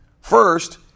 first